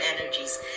energies